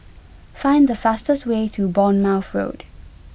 find the fastest way to Bournemouth Road